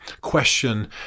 question